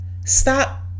Stop